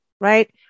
right